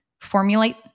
formulate